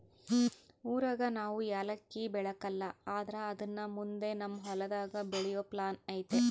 ಊರಾಗ ನಾವು ಯಾಲಕ್ಕಿ ಬೆಳೆಕಲ್ಲ ಆದ್ರ ಅದುನ್ನ ಮುಂದೆ ನಮ್ ಹೊಲದಾಗ ಬೆಳೆಯೋ ಪ್ಲಾನ್ ಐತೆ